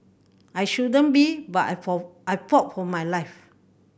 I shouldn't be but I I for my life